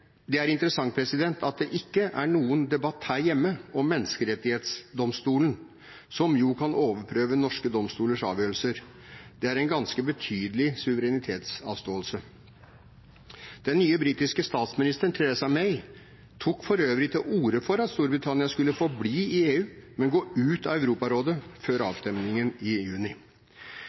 Det er interessant at det ikke er noen debatt her hjemme om Menneskerettighetsdomstolen, som jo kan overprøve norske domstolers avgjørelser. Det er en ganske betydelig suverenitetsavståelse. Den nye britiske statsministeren, Theresa May, tok for øvrig til orde for at Storbritannia skulle forbli i EU, men gå ut av Europarådet, før avstemmingen i juni.